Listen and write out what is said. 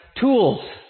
tools